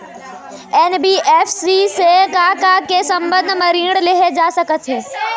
NBFC से का का के संबंध म ऋण लेहे जा सकत हे?